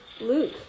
luke